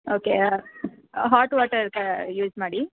okay hot water use ಮಾಡಿ